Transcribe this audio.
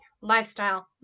lifestyle